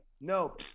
No